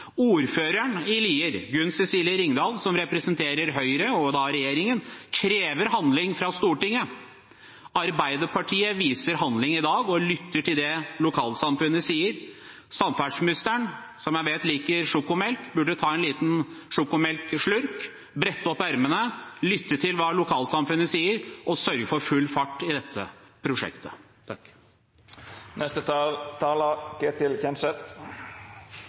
Ordføreren i Lier, Gunn Cecilie Ringdal, som representerer Høyre og da regjeringen, krever handling fra Stortinget. Arbeiderpartiet viser handling i dag og lytter til det lokalsamfunnet sier. Samferdselsministeren – som jeg vet liker sjokolademelk – burde ta en liten sjokolademelkslurk, brette opp ermene, lytte til hva lokalsamfunnet sier, og sørge for full fart i dette prosjektet.